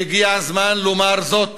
והגיע הזמן לומר זאת,